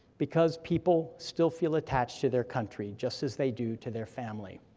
because people still feel attached to their country just as they do to their family.